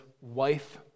wife